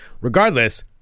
Regardless